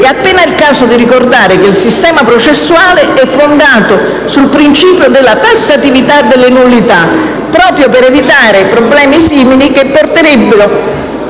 É appena il caso di ricordare che il sistema processuale è fondato sul principio della tassatività delle nullità proprio per evitare problemi simili che porterebbero